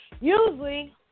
Usually